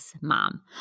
mom